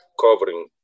covering